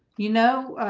you know